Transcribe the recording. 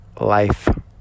life